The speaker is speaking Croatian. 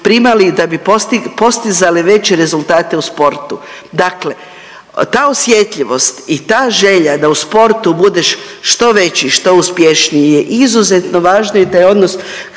primali da bi postizali veće rezultate u sportu. Dakle, ta osjetljivost i ta želja da u sportu budeš što veći, što uspješniji je izuzetno važno i taj odnos